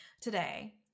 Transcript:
today